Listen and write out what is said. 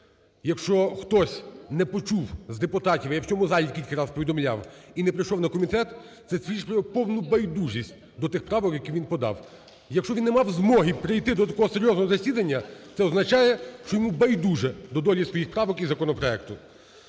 Якщо хтось не почув з депутатів, я в цьому залі кілька разів повідомляв, і не прийшов на комітет, це свідчить про повну байдужість до тих правок, які він подав. Якщо він не мав змоги прийти до такого серйозного засідання, це означає, що йому байдуже до долі своїх правок і законопроекту.